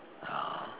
ya